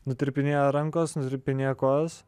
nutirpinėja rankos nuturpinėja kojos